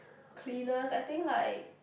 cleaners I think like